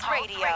Radio